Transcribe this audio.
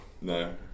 No